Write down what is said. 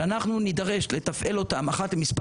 שאנחנו נצטרך לתפעל אותן אחת למספר